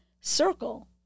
circle